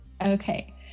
Okay